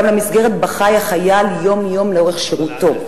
למסגרת שבה חי החייל יום-יום לאורך שירותו.